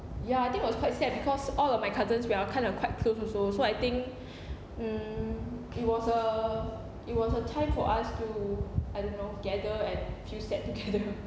ya I think was quite sad because all of my cousins we are kind of quite close also so I think mm it was a it was a time for us to I don't know gather and feel sad together